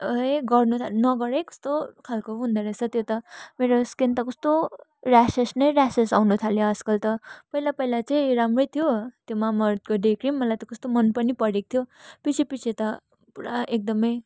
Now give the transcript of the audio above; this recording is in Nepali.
गर्नु चाहिँ नगर है कस्तो खालको पो हुँदोरहेछ त्यो त मेरो स्किन त कस्तो र्यासेस नै र्यासेस आउनुथाल्यो आजकल त पहिला पहिला चाहिँ राम्रै थियो त्यो मामार्थको डे क्रिम मलाई त कस्तो मन पनि परेको थियो पछि पछि त पुरा एकदमै